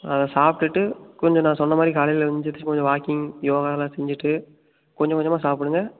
அதை சாப்பிட்டுட்டு கொஞ்சம் நான் சொன்ன மாதிரி காலையில் எழுந்திரிச்சி கொஞ்சம் வாக்கிங் யோகாலாம் செஞ்சுட்டு கொஞ்சம் கொஞ்சமாக சாப்பிடுங்க